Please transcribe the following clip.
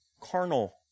Carnal